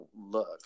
look